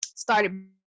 Started